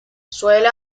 suele